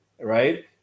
right